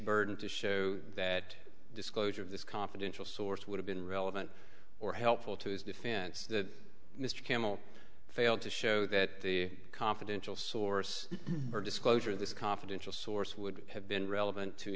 burden to show that disclosure of this confidential source would have been relevant or helpful to his defense that mr campbell failed to show that the confidential source or disclosure of this confidential source would have been relevant to